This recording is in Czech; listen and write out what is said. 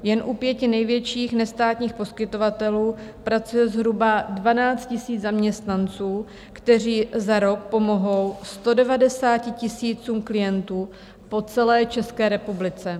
Jen u pěti největších nestátních poskytovatelů pracuje zhruba 12 000 zaměstnanců, kteří za rok pomohou 190 000 klientů po celé České republice.